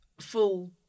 full